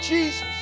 Jesus